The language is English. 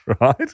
right